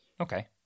Okay